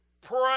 pray